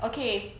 okay